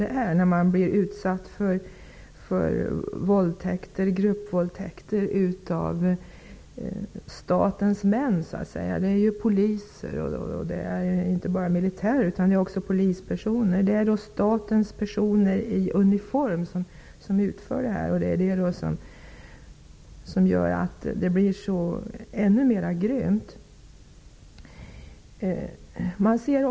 Dessa kvinnor har blivit utsatta för våldtäkter och gruppvåldtäkter av statens män -- inte bara av militär utan också av poliser. Det är statens män i uniform som utför dessa handlingar, och det gör det hela ännu mera grymt.